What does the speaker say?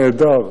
נהדר.